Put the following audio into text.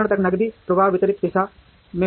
नकदी प्रवाह विपरीत दिशा में होगा